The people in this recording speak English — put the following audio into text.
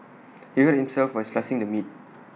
he hurt himself while slicing the meat